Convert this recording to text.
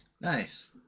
Nice